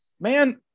man